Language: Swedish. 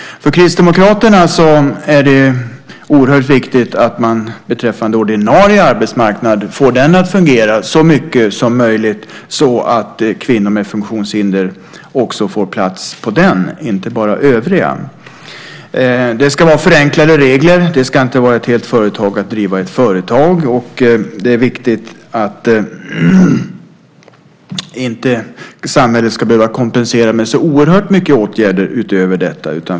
För Kristdemokraterna är det oerhört viktigt att man får den ordinarie arbetsmarknaden att fungera så bra som möjligt, så att kvinnor med funktionshinder också får plats på den, inte bara övriga. Det ska vara förenklade regler. Det ska inte vara ett helt företag att driva ett företag. Det är viktigt att inte samhället ska behöva kompensera med så oerhört mycket åtgärder utöver detta.